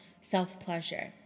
self-pleasure